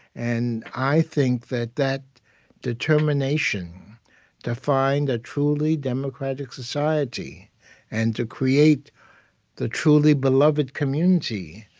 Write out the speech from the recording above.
and i think that that determination to find a truly democratic society and to create the truly beloved community,